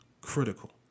critical